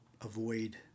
avoid